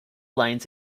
lanes